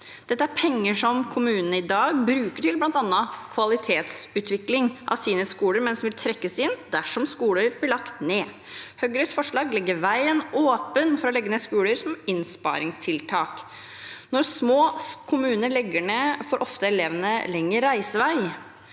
Dette er penger som kommunene i dag bruker til bl.a. kvalitetsutvikling av sine sko ler, men som vil trekkes inn dersom skoler blir lagt ned. Høyres forslag legger veien åpen for å legge ned skoler som innsparingstiltak. Når små kommuner legger ned en skole, får ofte elevene lengre reisevei.